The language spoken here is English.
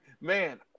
man